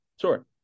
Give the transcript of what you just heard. Sure